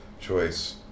choice